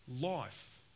life